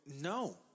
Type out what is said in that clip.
no